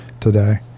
today